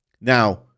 Now